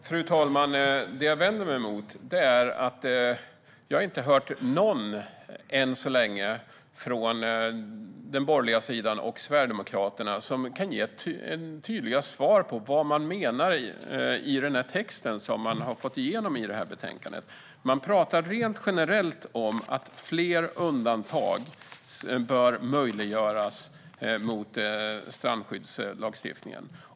Fru talman! Det som jag vänder mig mot är att jag än så länge inte har hört någon från den borgerliga sidan och från Sverigedemokraterna som kan ge tydliga svar på vad man menar i den text som man har fått igenom i detta betänkande. Man talar rent generellt om att fler undantag bör möjliggöras från strandskyddslagstiftningen.